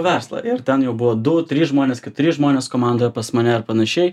verslą ir ten jau buvo du trys žmonės keturi žmonės komandoje pas mane ar panašiai